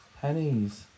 Pennies